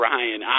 Ryan